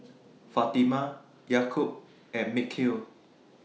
Fatimah Yaakob and Mikhail